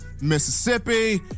Mississippi